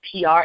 PR